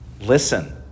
listen